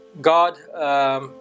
God